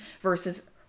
versus